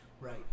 Right